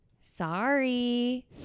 sorry